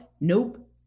nope